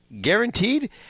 guaranteed